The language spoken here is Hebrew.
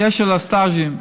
בקשר לסטאז'ים,